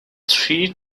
three